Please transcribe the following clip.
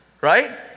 right